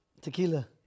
Tequila